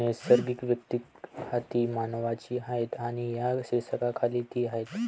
नैसर्गिक वैयक्तिक खाती मानवांची आहेत आणि या शीर्षकाखाली ती आहेत